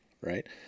Right